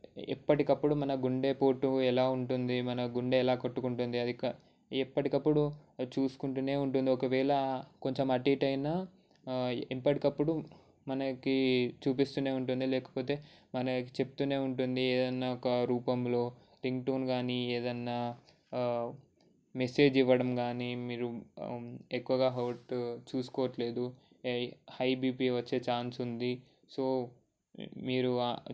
ఎప్పటికప్పుడు మన గుండెపోటు ఎలా ఉంటుంది మన గుండె ఎలా కొట్టుకుంటుంది అది క ఎప్పటికప్పుడు చూసుకుంటూనే ఉంటుంది ఒకవేళ కొంచెం అటు ఇటు అయినా ఎప్పటికప్పుడు మనకి చూపిస్తూనే ఉంటుంది లేకపోతే మనకు చెప్తూనే ఉంటుంది ఏదైనా ఒక రూపంలో రింగ్టోన్ కానీ ఏదైనా మెసేజ్ ఇవ్వడం కానీ మీరు ఎక్కువగా హార్ట్ చూసుకోవట్లేదు హై బీపీ వచ్చే ఛాన్స్ ఉంది సో మీరు